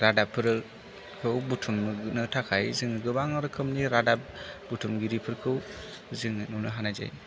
रादाबफोरखौ बुथुमनो थाखाय जों गोबां रोखोमनि रादाब बुथुमगिरिफोरखौ जोङो नुनो हानाय जायो